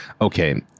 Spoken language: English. Okay